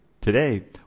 Today